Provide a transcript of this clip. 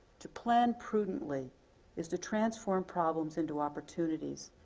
to plan prudently is to transform problems into opportunities,